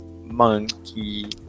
monkey